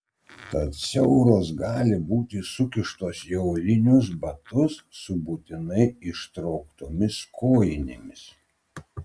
tad siauros gali būti sukištos į aulinius batus su būtinai ištrauktomis kojinėmis